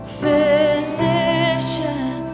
physician